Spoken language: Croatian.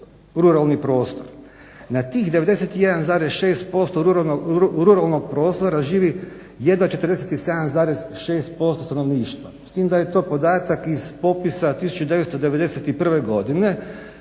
je ruralni prostor. Na tih 91,6% ruralnog prostora živi jedva 47,6% stanovništva s tim da je to podatak iz popisa 1991. godine